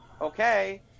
okay